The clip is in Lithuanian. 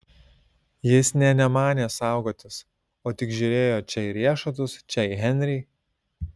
jis nė nemanė saugotis o tik žiūrėjo čia į riešutus čia į henrį